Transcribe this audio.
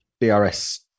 DRS